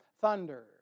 Thunder